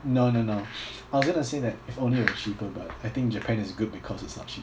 no no no I was going to say that if only it was cheaper but I think japan is good because it's not cheap